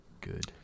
Good